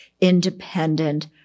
independent